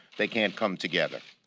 they can't come together.